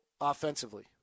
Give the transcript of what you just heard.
offensively